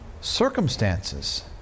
circumstances